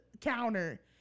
counter